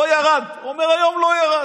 לא ירד, הוא אומר: היום לא ירד.